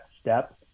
step